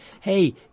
Hey